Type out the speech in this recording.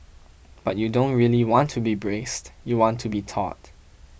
but you don't really want to be braced you want to be taut